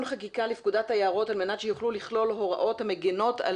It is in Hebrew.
חקיקה לפקודת היערות על מנת שיוכלו לכלול הוראות המגנות על